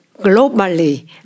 globally